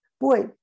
Boy